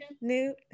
new